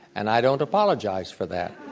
and i don't apologize for that.